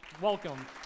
welcome